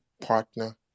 partner